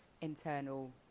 internal